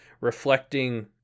reflecting